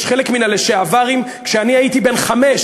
יש, חלק מן הלשעברים הם מאז שאני הייתי בן חמש,